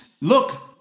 Look